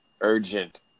urgent